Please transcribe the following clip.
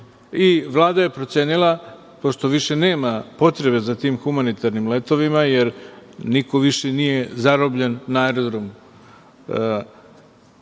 Vlada je procenila, pošto više nema potrebe za tim humanitarnim letovima, jer niko više nije zarobljen na aerodromu,